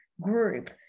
group